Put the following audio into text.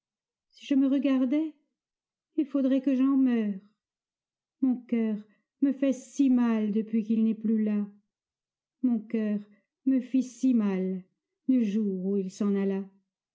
si je me regardais il faudrait que j'en meure mon cœur me fait si mal depuis qu'il n'est plus là mon cœur me fit si mal du jour où il s'en alla